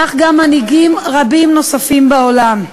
כך גם מנהיגים רבים נוספים בעולם.